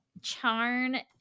Charn